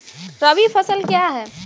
रबी फसल क्या हैं?